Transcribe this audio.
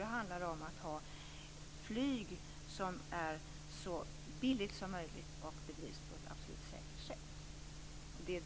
Det gäller att ha ett flyg som är så billigt som möjligt och som bedrivs på ett absolut säkert sätt.